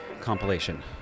compilation